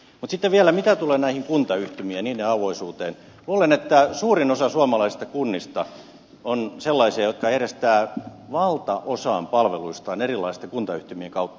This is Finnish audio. mutta sitten vielä mitä tulee näihin kuntayhtymiin ja niiden auvoisuuteen luulen että suurin osa suomalaisista kunnista on sellaisia jotka järjestävät valtaosan palveluistaan erilaisten kuntayhtymien kautta